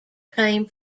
came